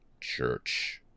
Church